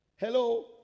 hello